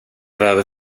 var